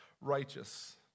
righteous